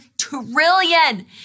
trillion